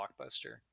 blockbuster